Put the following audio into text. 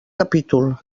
capítol